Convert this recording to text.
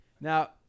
Now